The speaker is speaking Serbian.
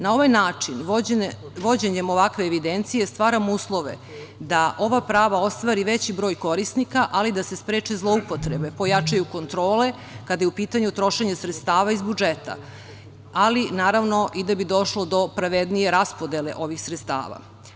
Na ovaj način, vođenjem ovakve evidencije, stvaramo uslove da ova prava ostvari veći broj korisnika, ali da se spreče zloupotrebe, pojačaju kontrole kada je u pitanju trošenje sredstava iz budžeta, ali naravno i da bi došlo do pravednije raspodele ovi sredstava.